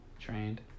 trained